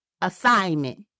assignment